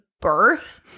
birth